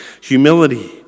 humility